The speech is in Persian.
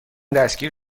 دستگیر